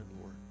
Lord